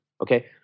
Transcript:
Okay